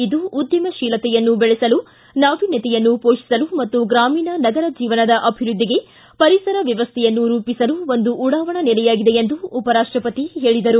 ಇದು ಉದ್ದಮಶೀಲತೆಯನ್ನು ಬೆಳೆಸಲು ನಾವೀಣ್ಣತೆಯನ್ನು ಮೋಷಿಸಲು ಮತ್ತು ಗ್ರಾಮೀಣ ನಗರ ಜೀವನದ ಅಭಿವೃದ್ದಿಗೆ ಪರಿಸರ ವ್ಯವಸ್ಥೆಯನ್ನು ರೂಪಿಸಲು ಒಂದು ಉಡಾವಣಾ ನೆಲೆಯಾಗಿದೆ ಎಂದು ಉಪರಾಷ್ಷಪತಿ ಹೇಳಿದರು